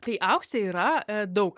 tai auksė yra daug